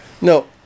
No